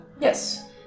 Yes